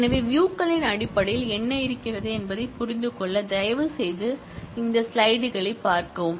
எனவே வியூ களின் அடிப்படையில் என்ன இருக்கிறது என்பதைப் புரிந்துகொள்ள தயவுசெய்து இந்த ஸ்லைடுகளைப் பார்க்கவும்